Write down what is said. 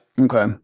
Okay